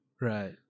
right